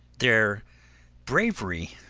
their bravery,